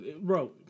Bro